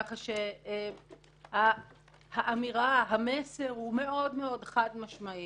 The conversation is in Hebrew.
ככה שהאמירה והמסר מאוד מאוד חד-משמעיים: